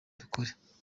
dukora